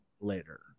later